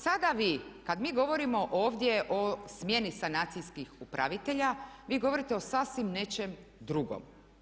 Sada vi kada mi govorimo ovdje o smjeni sanacijskih upravitelja, vi govorite o sasvim nečem drugom.